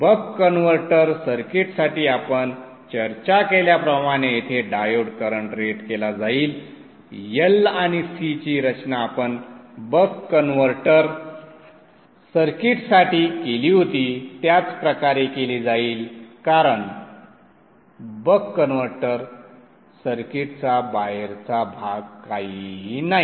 बक converter सर्किटसाठी आपण चर्चा केल्याप्रमाणे येथे डायोड करंट रेट केला जाईल L आणि C ची रचना आपण बक कन्व्हर्टर सर्किटसाठी केली होती त्याच प्रकारे केली जाईल कारण बक कन्व्हर्टर सर्किटचा बाहेरचा भाग काहीही नाही